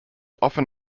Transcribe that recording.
often